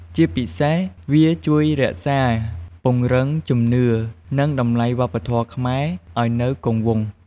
ជាពិសេស វាជួយរក្សា ពង្រឹងជំនឿ និងតម្លៃវប្បធម៌ខ្មែរឲ្យនៅគង់វង្ស។